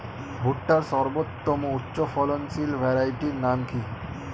ভুট্টার সর্বোত্তম উচ্চফলনশীল ভ্যারাইটির নাম কি?